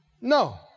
No